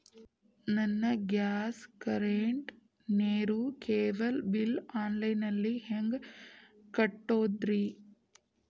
ನನ್ನ gas, current, ನೇರು, cable bill online ನಲ್ಲಿ ಹೆಂಗ್ ಕಟ್ಟೋದ್ರಿ?